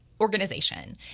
organization